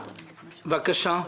בבקשה,